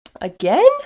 Again